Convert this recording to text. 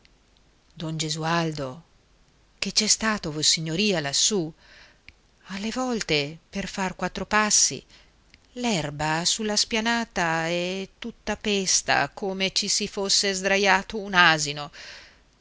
don gesualdo che c'è stato vossignoria lassù alle volte per far quattro passi l'erba sulla spianata è tutta pesta come ci si fosse sdraiato un asino